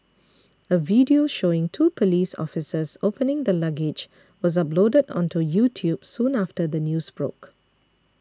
a video showing two police officers opening the luggage was uploaded onto YouTube soon after the news broke